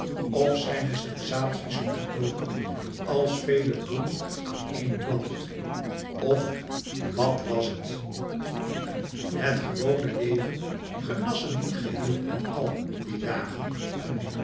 of zijne sensaties ontloken als vele bloemen aan één plant of wàt wàs het het gewone leven genas hem niet geheel en al die dagen